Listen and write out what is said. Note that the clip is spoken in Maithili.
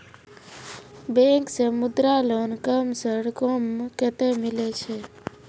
बैंक से मुद्रा लोन कम सऽ कम कतैय मिलैय छै?